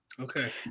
Okay